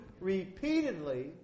repeatedly